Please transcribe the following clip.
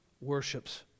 worships